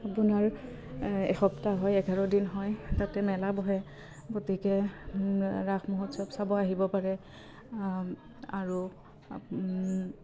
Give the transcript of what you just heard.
আপোনাৰ এসপ্তাহ হয় এঘাৰ দিন হয় তাতে মেলা বহে গতিকে ৰাস মহোৎসৱ চাব আহিব পাৰে আৰু